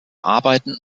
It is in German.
arbeiten